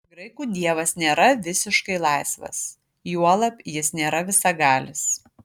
graikų dievas nėra visiškai laisvas juolab jis nėra visagalis